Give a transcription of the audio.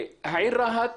העיר רהט